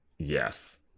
Yes